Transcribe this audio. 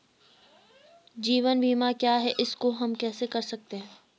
जीवन बीमा क्या है इसको हम कैसे कर सकते हैं?